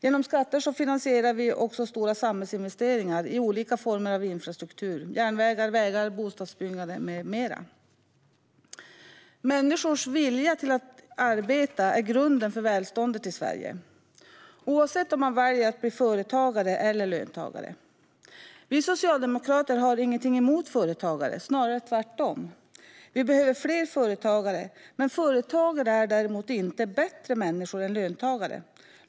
Genom skatter finansierar vi också stora samhällsinvesteringar i olika former av infrastruktur: järnvägar, vägar, bostäder med mera. Människors vilja att arbeta är grunden för välståndet i Sverige, oavsett om man väljer att bli företagare eller löntagare. Vi socialdemokrater har inget emot företagare, snarare tvärtom: Vi behöver fler företagare. Men företagare är inte bättre människor än löntagare.